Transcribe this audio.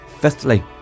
Fifthly